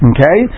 Okay